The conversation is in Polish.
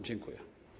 Dziękuję.